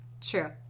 True